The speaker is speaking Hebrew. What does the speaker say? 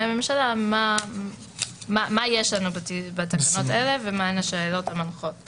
הממשלה מה יש לנו בתקנות האלה ומה הן השאלות המנחות.